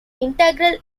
integral